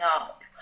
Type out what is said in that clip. up